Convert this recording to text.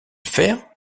faire